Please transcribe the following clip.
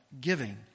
giving